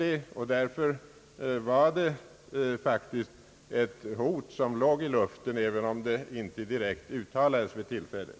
Det var därför faktiskt ett hot som låg i luften, även om det inte direkt uttalades vid tillfället.